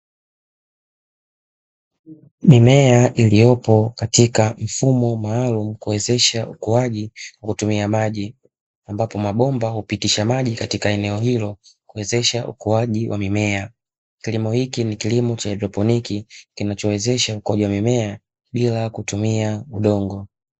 Mimea iliyopo katika mfumo maalumu wa kuwezesha ukuaji kwa kutumia maji, ambapo mabomba hupitisha maji katika eneo hilo kuwezesha ukuaji wa mimea. Kilimo hiki ni kilimo cha haidroponi, kinachowezesha ukuaji wa mimea bila kutumia udongo.